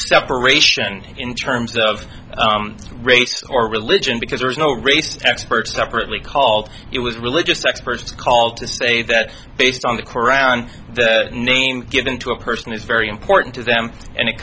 separation in terms of race or religion because there is no race experts separately called it was religious experts call to say that based on the qur'an the name given to a person is very important to them and it